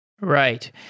Right